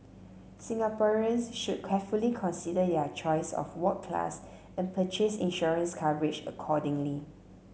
Singaporeans should carefully consider their choice of ward class and purchase insurance coverage accordingly